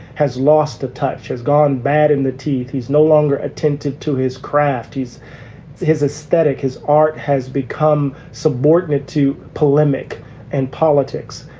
has lost a touch, has gone bad in the teeth. he's no longer attentive to his craft, his his aesthetic, his art has become subordinate to polemic and politics.